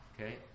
Okay